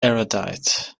erudite